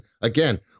again